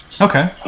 Okay